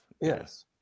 Yes